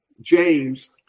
James